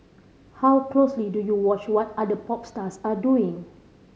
how closely do you watch what other pop stars are doing